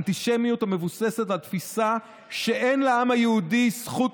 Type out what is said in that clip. אנטישמיות המבוססת על תפיסה שאין לעם היהודי זכות